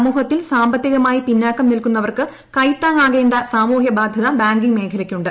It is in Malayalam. സമൂഹത്തിൽ സാമ്പത്തികമായി പിന്നാക്കം നിൽക്കുന്നവർക്ക് കൈത്താങ്ങാകേണ്ട സാമൂഹ്യബാധ്യത ബാങ്കിംഗ് മേഖലയ്ക്കുണ്ട്